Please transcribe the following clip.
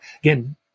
again